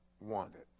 wanted